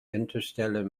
interstellar